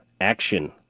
action